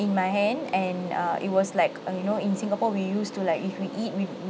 in my hand and uh it was like uh you know in singapore we used to like if we eat we we